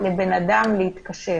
לאדם להתקשר